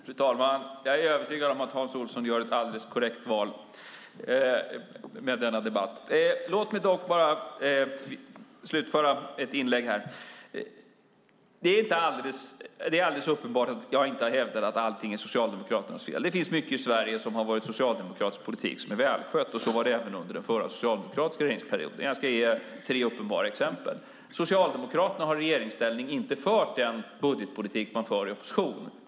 Fru talman! Jag är övertygad om att Hans Olsson gör ett alldeles korrekt val i denna debatt. Låt mig dock bara slutföra ett inlägg här. Det är alldeles uppenbart att jag inte har hävdat att allting är Socialdemokraternas fel. Det finns mycket socialdemokratisk politik i Sverige som har varit välskött, och så var det även under den förra socialdemokratiska regeringsperioden. Jag ska ge tre uppenbara exempel. Socialdemokraterna har i regeringsställning inte fört den budgetpolitik som man för i opposition.